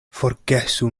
forgesu